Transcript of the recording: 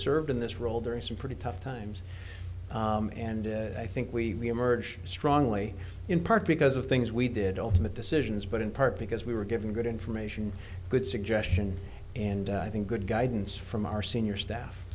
served in this role during some pretty tough times and i think we have merged strongly in part because of things we did ultimate decisions but in part because we were given good information good suggestion and i think good guidance from our senior staff